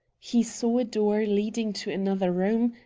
he saw a door leading to another room,